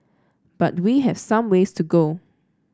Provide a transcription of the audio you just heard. but we have some ways to go